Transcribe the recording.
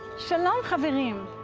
shalom havarem!